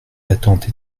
l’attente